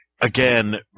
again